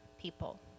people